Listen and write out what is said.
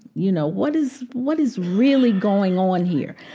you know, what is what is really going on here?